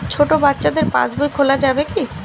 ছোট বাচ্চাদের পাশবই খোলা যাবে কি?